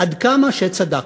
עד כמה שצדקתי.